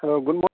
hello good